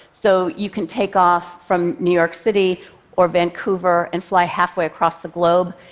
so you can take off from new york city or vancouver and fly halfway across the globe.